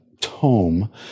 tome